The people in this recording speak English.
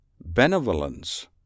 Benevolence